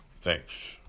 Thanks